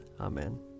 Amen